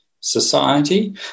society